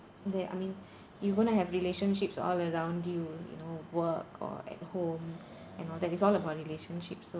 there I mean you going to have relationships all around you you know work or at home and all that it's all about relationships so